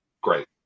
Great